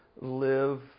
live